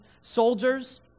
soldiers